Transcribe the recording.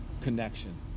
connection